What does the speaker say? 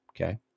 Okay